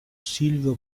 silvio